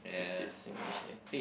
speak this Singlish name